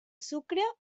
sucre